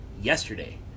yesterday